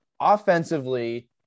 Offensively